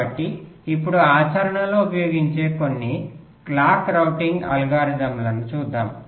కాబట్టి ఇప్పుడు ఆచరణలో ఉపయోగించే కొన్ని క్లాక్ రౌటింగ్ అల్గోరిథంలను చూద్దాం